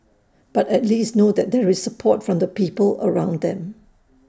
but at least know that there is support from the people around them